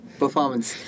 performance